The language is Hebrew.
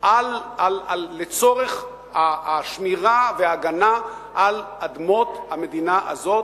על צורך השמירה וההגנה על אדמות המדינה הזאת,